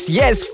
yes